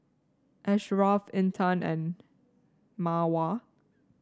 Ashraf Intan and Mawar